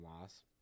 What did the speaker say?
loss